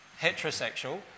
heterosexual